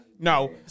No